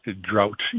drought